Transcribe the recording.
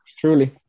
truly